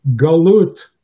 Galut